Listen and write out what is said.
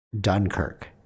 Dunkirk